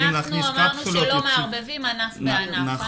--- אנחנו שאמרנו שלא מערבבים ענף בענף.